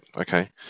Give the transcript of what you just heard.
okay